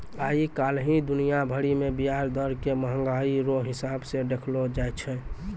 आइ काल्हि दुनिया भरि मे ब्याज दर के मंहगाइ रो हिसाब से देखलो जाय छै